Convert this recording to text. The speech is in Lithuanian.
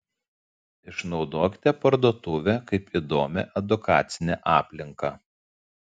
išnaudokite parduotuvę kaip įdomią edukacinę aplinką